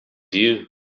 view